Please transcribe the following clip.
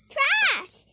Trash